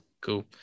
cool